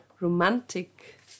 romantic